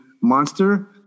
monster